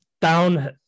Down